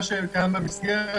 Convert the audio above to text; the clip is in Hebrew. מה שקיים במסגרת